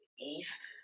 East